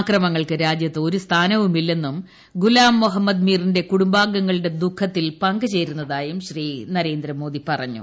അക്രമങ്ങൾക്ക് രാജൃത്ത് ഒരു സ്ഥാനവുമില്ലെന്നും ഗുലാം മൊഹമ്മദിന്റെ കുടുംബാംഗങ്ങളുടെ ദുഖത്തിൽ പങ്കുചേരുന്നതായും ശ്രീ നരേന്ദ്രമോദി പറഞ്ഞു